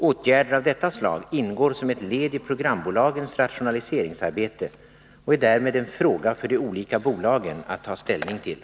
Åtgärder av detta slag ingår som ett led i programbolagens rationaliseringsarbete och är därmed en fråga för de olika bolagen att ta ställning till.